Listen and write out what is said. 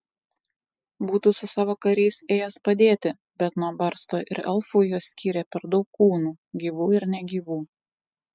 būtų su savo kariais ėjęs padėti bet nuo barsto ir elfų juos skyrė per daug kūnų gyvų ir negyvų